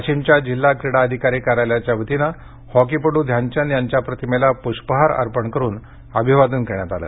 वाशिमच्या जिल्हा क्रीडा अधिकारी कार्यालयाच्या वतीने हॉकीपटू ध्यानचंद यांच्या प्रतिमेला प्ष्पहार अर्पण करुन अभिवादन करण्यात आलं